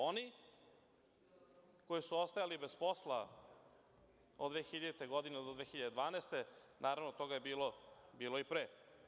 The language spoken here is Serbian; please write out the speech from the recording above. Oni koji su ostajali bez posla od 2000. godine do 2012. godine, naravno, toga je bilo i pre.